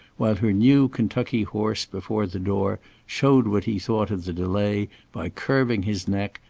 while her new kentucky horse before the door showed what he thought of the delay by curving his neck,